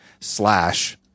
slash